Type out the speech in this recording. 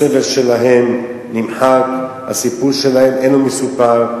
הסבל שלהם נמחק, הסיפור שלהם אינו מסופר.